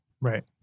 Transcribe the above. Right